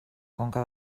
conca